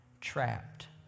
trapped